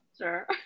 Sure